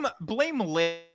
blameless